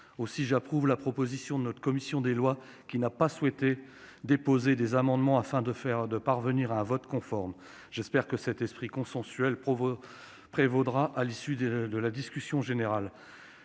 Aussi, j'approuve la position de notre commission des lois, qui n'a pas souhaité déposer de nouveaux amendements, afin de parvenir à un vote conforme. J'espère que cet esprit consensuel prévaudra à l'issue de l'examen de